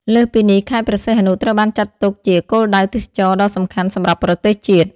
លើសពីនេះ ខេត្តព្រះសីហនុត្រូវបានចាត់ទុកជា គោលដៅទេសចរណ៍ដ៏សំខាន់ សម្រាប់ប្រទេសជាតិ។